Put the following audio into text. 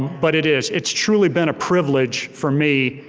but it is, it's truly been a privilege for me,